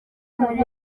muri